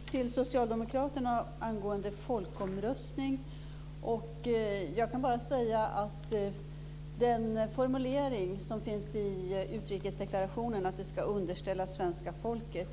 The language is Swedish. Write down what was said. Herr talman! En fråga ställdes till socialdemokraterna angående folkomröstning. Jag kan bara säga att jag läser den formulering som finns i utrikesdeklarationen, att det ska underställas svenska folket,